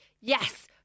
yes